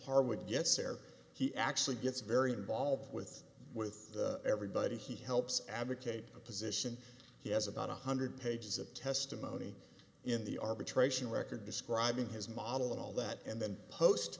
harwood gets there he actually gets very involved with with everybody he helps advocate a position he has about one hundred pages of testimony in the arbitration record describing his model and all that and then post